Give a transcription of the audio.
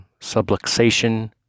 subluxation